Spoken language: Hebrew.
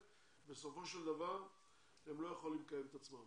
בסופו של דבר הם לא יכולים לקיים את עצמם.